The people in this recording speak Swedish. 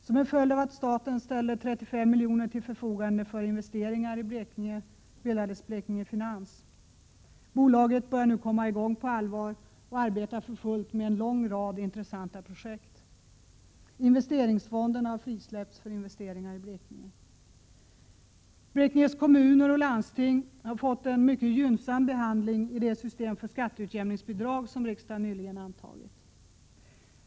Som en följd av att staten ställde 35 miljoner till förfogande för investeringar i Blekinge bildades Blekinge Finans. Bolaget börjar nu komma i gång på allvar och arbetar för fullt med en lång rad intressanta projekt. Investeringsfonderna har frisläppts för investeringar i Blekinge. Blekinges kommuner och landsting har fått en mycket gynnsam behandling i det system för skatteutjämningsbidrag som riksdagen nyligen har antagit.